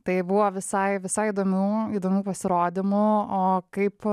tai buvo visai visai įdomių įdomių pasirodymų o kaip